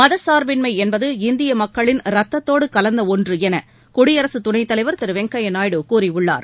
மதச்சா்பின்மை என்பது இந்திய மக்களின் ரத்தத்தோடு கலந்த ஒன்று என குடியரசுத் துணைத்தலைவர் திரு வெங்கையா நாயுடு கூறியுள்ளார்